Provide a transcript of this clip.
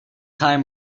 time